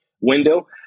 window